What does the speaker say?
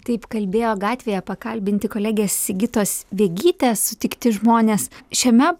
taip kalbėjo gatvėje pakalbinti kolegė sigitos vegytės sutikti žmonės šiame